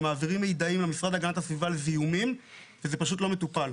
מעבירים מידעים למשרד להגנת הסביבה על זיהומים וזה פשוט לא מטופל.